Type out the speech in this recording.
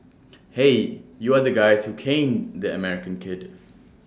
hey you are the guys who caned the American kid